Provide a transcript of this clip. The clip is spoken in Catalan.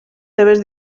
seves